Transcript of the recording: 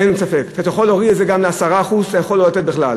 אין ספק שאתה יכול להוריד את זה גם ל-10% ואתה יכול לא לתת בכלל.